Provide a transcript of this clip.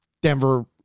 Denver